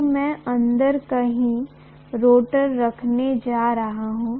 तो मैं अंदर कहीं रोटर रखने जा रहा हूं